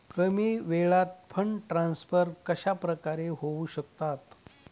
कमी वेळात fund transfer कशाप्रकारे होऊ शकतात?